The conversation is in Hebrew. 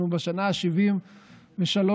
אנחנו בשנה ה-73 לעצמאותנו,